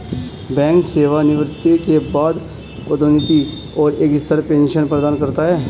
bank सेवानिवृत्ति के बाद पदोन्नति और एक स्थिर पेंशन प्रदान करता है